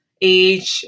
age